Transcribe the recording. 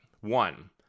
One